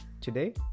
Today